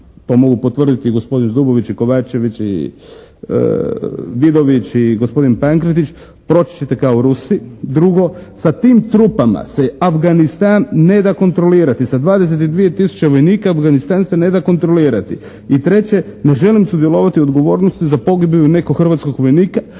to može potvrditi gospodin Zubović i Kovačević i Vidović i gospodin Pankretić, proći ćete kao Rusi. Drugo, sa tim trupama se Afganistan ne da kontrolirati. Sa 22 tisuće vojnika Afganistan se ne da kontrolirati. I treće, ne želim sudjelovati u odgovornosti za pogibiju nekog hrvatskog vojnika,